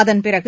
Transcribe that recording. அதன்பிறகு